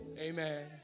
amen